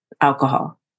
alcohol